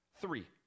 three